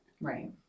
Right